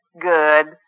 Good